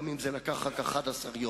גם אם זה לקח רק 11 יום,